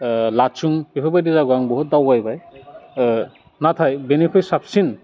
लाचुं बेफोरबायदि जायगायाव आं बुहुत दावबायबाय नाथाय बेनिख्रुइ साबसिन